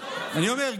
אני אומר,